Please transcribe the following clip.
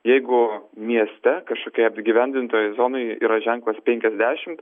jeigu mieste kažkokioj apgyvendintoj zonoj yra ženklas penkiasdešimt